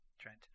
trent